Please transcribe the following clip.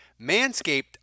Manscaped